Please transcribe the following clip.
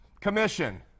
Commission